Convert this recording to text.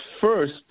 first